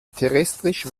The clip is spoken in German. terrestrisch